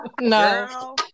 no